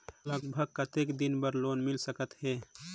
लगभग कतेक दिन बार लोन मिल सकत हे?